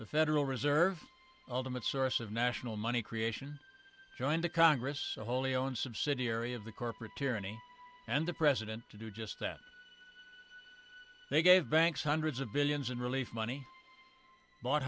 the federal reserve ultimate source of national money creation joined the congress a wholly owned subsidiary of the corporate tyranny and the president to do just that they gave banks hundreds of billions in relief money bought